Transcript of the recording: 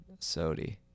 Sodi